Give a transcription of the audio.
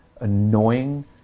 annoying